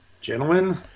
Gentlemen